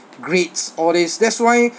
grades all these that's why